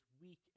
weak